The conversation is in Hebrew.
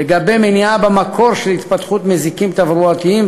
לגבי מניעה במקור של התפתחות נזיקים תברואתיים,